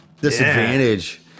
disadvantage